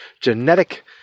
genetic